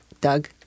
Doug